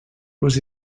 was